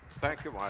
thank you, michael.